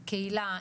קהילה,